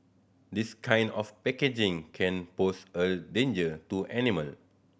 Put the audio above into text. this kind of packaging can pose a danger to animal